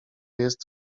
jest